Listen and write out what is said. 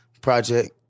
project